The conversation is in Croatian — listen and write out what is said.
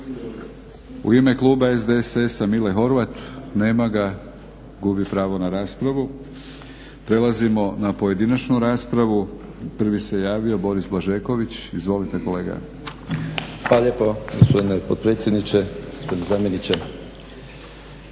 U ime Kluba SDSS-a Mile Horvat. Nema ga. Gubi pravo na raspravu. Prelazimo na pojedinačnu raspravu. Prvi se javio Boris Blažeković. Izvolite kolega. **Blažeković, Boris (HNS)** Hvala lijepo gospodine